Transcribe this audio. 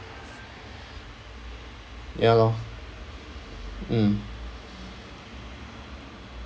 ya lor mm